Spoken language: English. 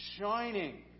shining